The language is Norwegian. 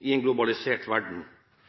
i en globalisert verden.